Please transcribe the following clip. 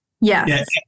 Yes